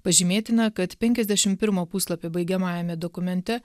pažymėtina kad penkiasdešim pirmo puslapio baigiamajame dokumente